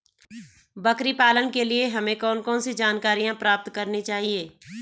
बकरी पालन के लिए हमें कौन कौन सी जानकारियां प्राप्त करनी चाहिए?